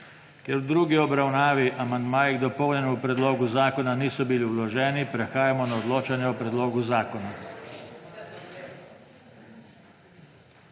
Ker v drugi obravnavi amandmaji k dopolnjenemu predlogu zakona niso bili vloženi, prehajamo na odločanje o predlogu zakona.